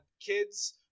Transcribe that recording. kids